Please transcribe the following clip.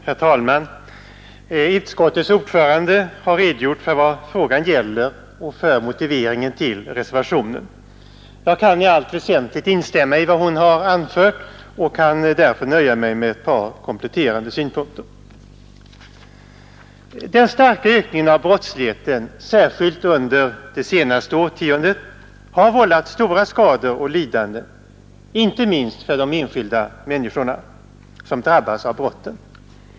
Herr talman! Utskottets ordförande har redogjort för vad frågan gäller och för motiveringen till reservationen. Jag kan i allt väsentligt instämma i vad hon har anfört och skall därför nöja mig med ett par kompletterande synpunkter. Den starka ökningen av brottsligheten, särskilt under det senaste årtiondet, har vållat stora skador och lidanden, inte minst för de enskilda människor som drabbas av brotten.